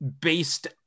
based